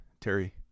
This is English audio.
Terry